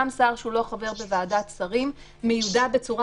גם שר שהוא לא חבר בוועדת שרים מיודע בצורה